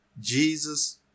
Jesus